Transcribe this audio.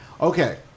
Okay